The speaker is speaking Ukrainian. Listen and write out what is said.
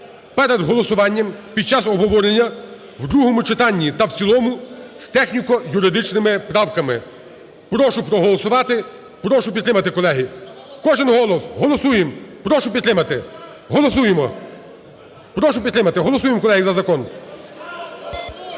перед голосуванням під час обговорення, в другому читанні та в цілому з техніко-юридичними правками. Прошу проголосувати, прошу підтримати, колеги. Кожен голос. Голосуємо. Прошу підтримати, голосуємо. Прошу підтримати, голосуємо, колеги, за закон.